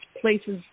Places